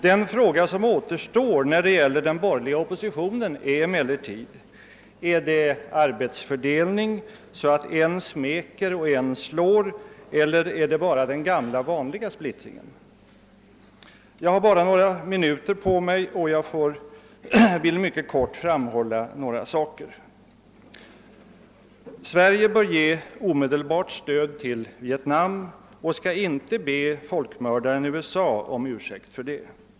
Den fråga som återstår för den borgerliga oppositionen är emellertid: Har man gjort en arbetsfördelning, så att en smeker och en slår, eller har man kvar den gamla vanliga splittringen? Jag har bara några minuter på mig och vill mycket kort beröra några saker. Sverige bör ge omedelbart stöd till Vietnam och inte be folkmördaren USA om ursäkt för det.